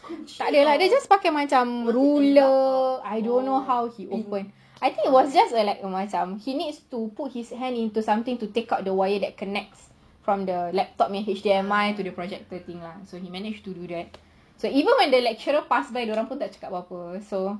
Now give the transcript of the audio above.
tak ada lah dia just pakai macam ruler I don't know how he open I think it was just a macam he needs to put his hand into something to take out the wire that connects from the laptop H_D_M_I to the projector so he managed to do that so even when the lecturer pass by dorang pun tak cakap apa-apa so